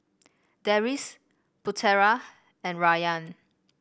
Deris Putera and Rayyan